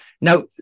Now